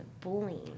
bullying